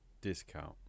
discount